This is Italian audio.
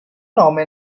nome